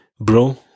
bro